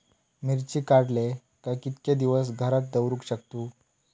मिर्ची काडले काय कीतके दिवस घरात दवरुक शकतू?